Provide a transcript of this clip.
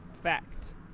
Fact